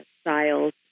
styles